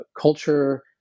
culture